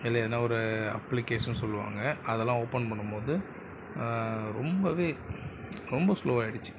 இல்லை எதனால் ஒரு அப்ளிகேஷன் சொல்லுவாங்க அதெல்லாம் ஓப்பன் பண்ணும்போது ரொம்பவே ரொம்ப ஸ்லோவாகிடிச்சி